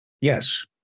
Yes